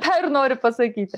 tą ir noriu pasakyti